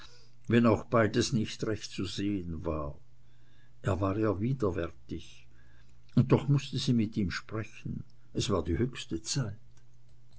wenn auch beides nicht recht zu sehen war er war ihr widerwärtig und doch mußte sie mit ihm sprechen es war die höchste zeit